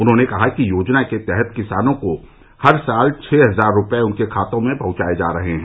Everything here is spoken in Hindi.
उन्होंने कहा कि योजना के तहत किसानों को हर साल छः हजार रूपये उनके खातों में पहुंचाये जा रहे हैं